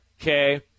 okay